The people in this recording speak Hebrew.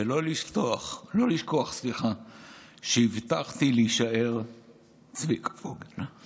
ולא לשכוח שהבטחתי להישאר צביקה פוגל,